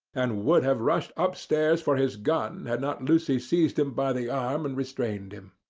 and would have rushed upstairs for his gun had not lucy seized him by the arm and restrained him.